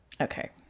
Okay